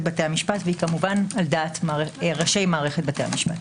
בתי המשפט ועל דעת ראשי מערכת בתי המשפט.